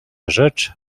rzecz